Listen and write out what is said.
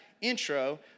intro